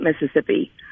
Mississippi